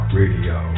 radio